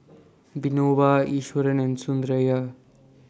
Vinoba Iswaran and Sundaraiah